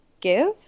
Give